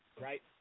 right